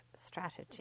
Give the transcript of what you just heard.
strategy